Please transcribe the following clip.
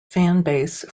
fanbase